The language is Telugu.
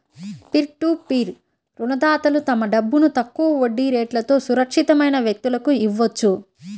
పీర్ టు పీర్ రుణదాతలు తమ డబ్బును తక్కువ వడ్డీ రేట్లతో సురక్షితమైన వ్యక్తులకు ఇవ్వొచ్చు